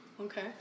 Okay